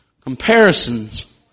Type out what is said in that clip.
Comparisons